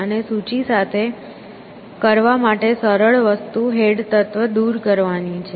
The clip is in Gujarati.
અને સૂચિ સાથે કરવા માટે સરળ વસ્તુ હેડ તત્વ દૂર કરવાની છે